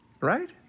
right